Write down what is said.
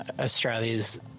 Australia's